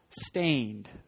stained